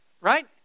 Right